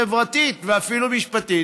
חברתית ואפילו משפטית,